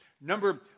Number